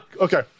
Okay